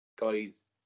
guys